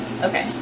Okay